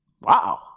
Wow